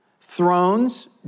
thrones